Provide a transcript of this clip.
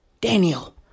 Daniel